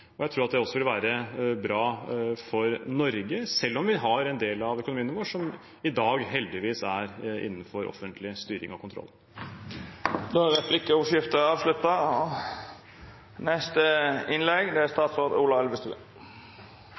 Jeg tror at det også vil være bra for Norge, selv om en del av økonomien vår i dag heldigvis er innenfor offentlig styring og kontroll. Replikkordskiftet er avslutta. Jeg vil begynne med å takke komiteen for et omfattende og grundig arbeid. Det er